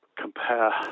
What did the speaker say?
compare